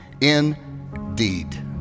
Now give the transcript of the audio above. indeed